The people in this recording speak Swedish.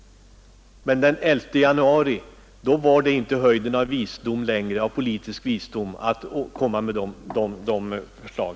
Men den 11 januari i år var det tydligen inte längre höjden av politisk visdom att föra fram dessa förslag.